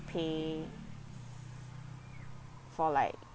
pay for like